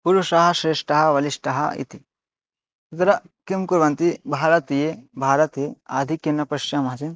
पुरुषाः श्रेष्ठाः बलिष्ठाः इति तत्र किं कुर्वन्ति भारतीये भारते आधिक्येन पश्यामः चेत्